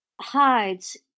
hides